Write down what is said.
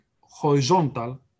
horizontal